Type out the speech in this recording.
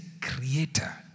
creator